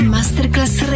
Masterclass